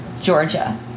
Georgia